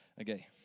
Okay